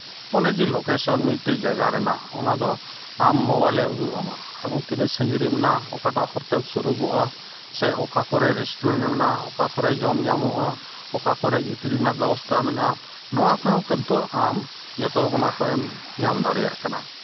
ᱚᱱᱮ ᱡᱮ ᱞᱳᱠᱮᱥᱚᱱ ᱢᱤᱫᱴᱮᱡ ᱡᱟᱭᱜᱟ ᱨᱮᱱᱟᱜ ᱚᱱᱟᱫᱚ ᱟᱢ ᱢᱳᱵᱟᱭᱤᱞ ᱮ ᱩᱫᱩᱜ ᱟᱢᱟ ᱮᱵᱚᱝ ᱛᱤᱱᱟᱹᱜ ᱥᱟᱺᱜᱤᱧ ᱨᱮ ᱢᱮᱱᱟᱜ ᱚᱠᱟᱴᱟᱜ ᱦᱚᱨᱛᱮᱢ ᱥᱩᱨᱩᱜᱚᱜᱼᱟ ᱥᱮ ᱚᱠᱟ ᱠᱚᱨᱮ ᱨᱮᱥᱴᱩᱨᱮᱱᱴ ᱢᱮᱱᱟᱜᱼᱟ ᱚᱠᱟ ᱠᱚᱨᱮ ᱡᱚᱢ ᱧᱟᱢᱚᱜᱼᱟ ᱚᱠᱟ ᱠᱚᱨᱮᱜ ᱜᱤᱛᱤᱡ ᱨᱮᱱᱟᱜ ᱵᱮᱵᱚᱥᱛᱷᱟ ᱢᱮᱱᱟᱜᱼᱟ ᱱᱚᱣᱟ ᱠᱚᱦᱚᱸ ᱠᱤᱱᱛᱩ ᱟᱢ ᱡᱚᱛᱚ ᱚᱱᱟ ᱠᱷᱚᱡ ᱮᱢ ᱧᱟᱢ ᱫᱟᱲᱮᱭᱟᱜ ᱠᱟᱱᱟ